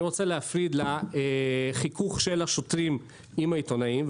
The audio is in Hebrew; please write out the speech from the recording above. אני רוצה להפריד את החיכוך של השוטרים עם העיתונאים,